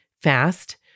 fast